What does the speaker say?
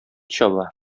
чаба